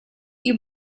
you